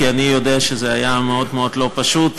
כי אני יודע שזה היה מאוד מאוד לא פשוט,